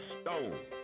Stone